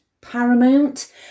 Paramount